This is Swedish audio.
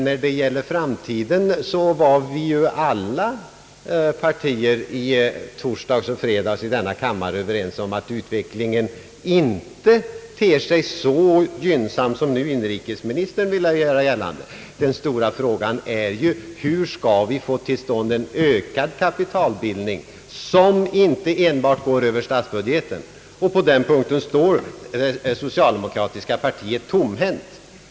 När det gäller framtiden var dock alla partier i denna kammare i torsdags och fredags överens om att utvecklingen inte ter sig så gynnsam som inrikesministern nu vill göra gällande. Den stora frågan är ju: Hur skall vi få till stånd en ökad kapitalbildning, som inte enbart går över statsbudgeten? På den punkten står det socialdemokratiska partiet tomhänt.